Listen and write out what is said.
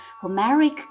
Homeric